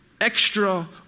extra